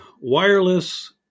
wireless